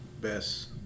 best